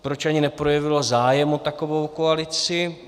Proč ani neprojevilo zájem o takovou koalici?